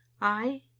I